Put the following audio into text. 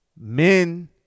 Men